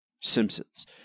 Simpsons